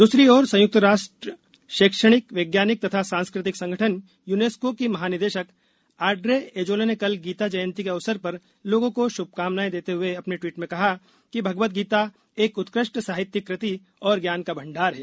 दूसरी ओर संयुक्त राष्ट्र शैक्षणिकवैज्ञानिक तथा सांस्कृतिक संगठन यूनेस्को की महानिदेशक ऑड्रे एजोले ने कल गीता जयंती के अवसर पर लोगों को शुभकामनाएं देते हुए अपने ट्वीट में कहा कि भगवद गीता एक उत्कृष्ट साहित्यिक कृति और ज्ञान का भंडार है